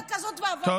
עוד דאגה כזאת ואבדנו.